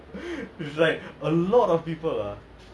after I watched the movie